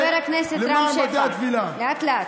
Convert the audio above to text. חבר הכנסת רם שפע, לאט-לאט.